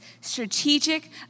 Strategic